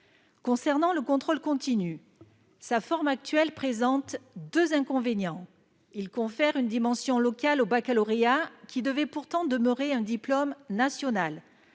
Concernant le contrôle continu, sa forme actuelle présente deux inconvénients. Il confère une dimension locale au baccalauréat, qui devait pourtant demeurer un diplôme national.